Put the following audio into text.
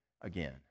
again